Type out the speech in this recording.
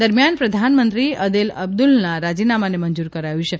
દરમિયાન પ્રધાનમંત્રી દેલ બ્દુલના રાજીનામાને મંજુર કરાયું છે